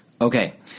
Okay